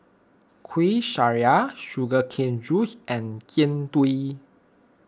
Kuih Syara Sugar Cane Juice and Jian Dui